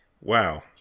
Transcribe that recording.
wow